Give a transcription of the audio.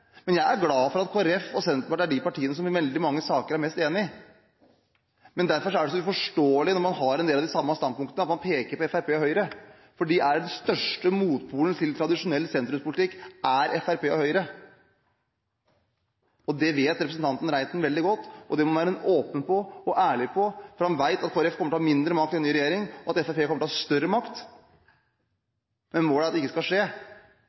Men jeg er glad for at Kristelig Folkeparti og Senterpartiet er de partiene som i veldig mange saker er mest enig. Derfor er det så uforståelig, når man har en del av de samme standpunktene, at man peker på Fremskrittspartiet og Høyre, for de største motpolene til tradisjonell sentrumspolitikk er Fremskrittspartiet og Høyre. Det vet representanten Reiten veldig godt, og det må han være åpen og ærlig på, for han vet at Kristelig Folkeparti kommer til å ha mindre makt i en ny regjering, og at Fremskrittspartiet kommer til å ha større makt. Men målet er at det ikke skal skje,